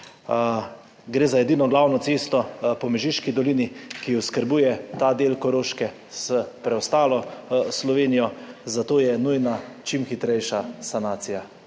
Gre za edino glavno cesto po Mežiški dolini, ki oskrbuje ta del Koroške s preostalo Slovenijo, zato je nujna čim hitrejša sanacija,